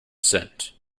cent